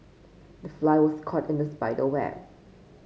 the fly was caught in the spider web